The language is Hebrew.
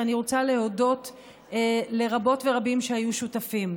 ואני רוצה להודות לרבות ורבים שהיו שותפים.